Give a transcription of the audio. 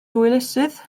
hwylusydd